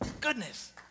goodness